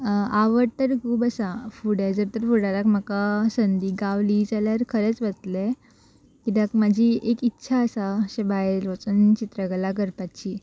आवड तर खूब आसा फुडें जर तर फुडाराक म्हाका संदी गावली जाल्यार खरेंच वतले कित्याक म्हाजी एक इच्छा आसा अशें भायर वचून चित्रकला करपाची